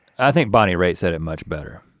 i think bonnie raitt said it much better.